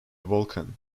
vulcan